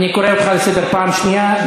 אני קורא אותך לסדר פעם שנייה.